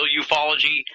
ufology